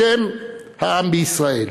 בשם העם בישראל,